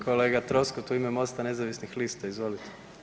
Kolega Troskot u ime Mosta nezavisnih lista, izvolite.